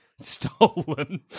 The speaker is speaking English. stolen